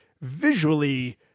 visually